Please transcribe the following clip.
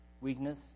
weakness